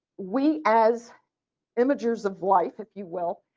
we as imagers of life if you will,